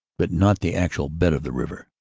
but not the actual bed of the river.